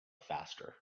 faster